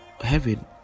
heaven